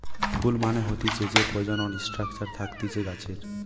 ফুল মানে হতিছে যে প্রজনন স্ট্রাকচার থাকতিছে গাছের